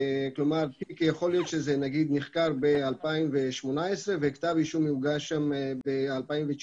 יכול להיות שזה נחקר ב-2018 וכתב אישום יוגש ב-2019.